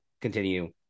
continue